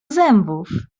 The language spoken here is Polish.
zębów